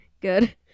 Good